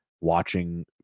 watching